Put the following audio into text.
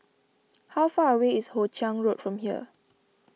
how far away is Hoe Chiang Road from here